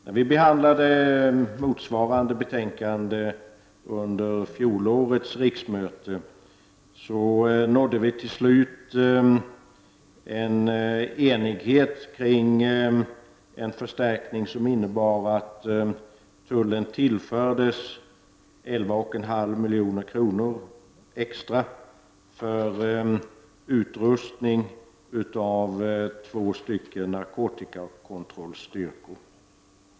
När vi behandlade motsvarande betänkande under fjolårets riksmöte nådde vi till slut en enighet kring en förstärkning som innebar att tullen tillfördes 11,5 milj.kr. extra för utrustning av två narkotikakontrollstyrkor.